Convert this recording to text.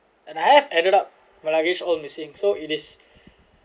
and I have ended up my luggage all missing so it is